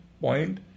point